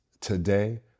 Today